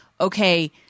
okay